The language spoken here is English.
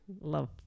love